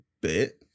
bit